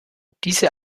diese